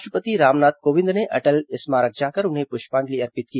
राष्ट्रपति रामनाथ कोविन्द ने अटल स्मारक जाकर उन्हें पुष्पांजलि अर्पित की